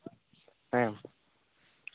ᱦᱮᱸ